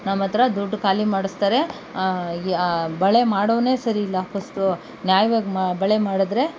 ನಮ್ಮ ಹತ್ರ ದುಡ್ಡು ಖಾಲಿ ಮಾಡಿಸ್ತಾರೆ ಈ ಬಳೆ ಮಾಡೋನೇ ಸರಿ ಇಲ್ಲ ಫಸ್ಟು ನ್ಯಾಯವಾಗಿ ಮ ಬಳೆ ಮಾಡಿದ್ರೆ